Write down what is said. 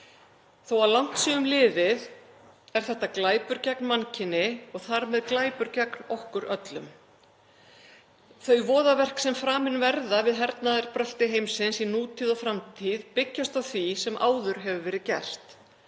Þó að langt sé um liðið er þetta glæpur gegn mannkyni og þar með glæpur gegn okkur öllum. Þau voðaverk sem framin verða við allt hernaðarbrölt heimsins í nútíð og framtíð byggjast á því sem áður hefur verið gert.